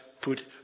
put